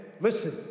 listen